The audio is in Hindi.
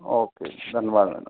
ओके धन्यवाद मैडम